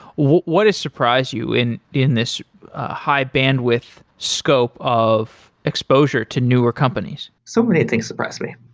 what has surprised you in in this high bandwidth scope of exposure to newer companies? so many i think surprised me.